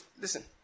listen